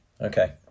Okay